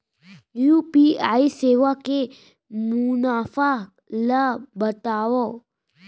UPI सेवा के मुनाफा ल बतावव?